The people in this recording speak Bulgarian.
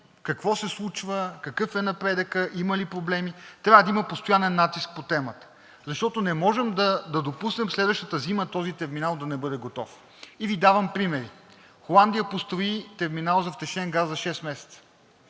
какво се случва, какъв е напредъкът, има ли проблеми. Трябва да има постоянен натиск по темата, защото не може да допуснем следваща зима този терминал да не бъде готов и Ви давам примери. Холандия построи терминал за втечнен газ за 6 месеца;